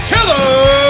Killer